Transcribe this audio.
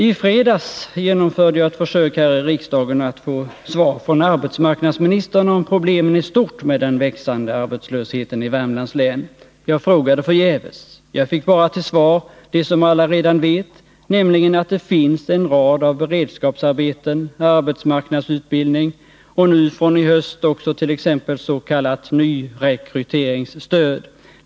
I fredags genomförde jag ett försök här i riksdagen att få svar från arbetsmarknadsministern om problemen i stort med den växande arbetslösheten i Värmlands län. Jag frågade förgäves. Jag fick bara till svar det som alla redan vet, nämligen att det finns en rad beredskapsarbeten, arbetsmarknadsutbildning och från i höst också t.ex. s.k. nyrekryteringsstöd.